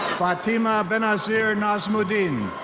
fathimabenazir nazumudeen.